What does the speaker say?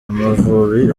amavubi